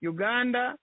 Uganda